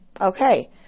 okay